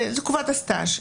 לתקופת הסטאז'.